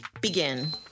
begin